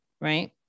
right